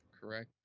Correct